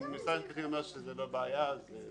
אם משרד המשפטים אומר שזה לא בעיה אז אין בעיה להוסיף.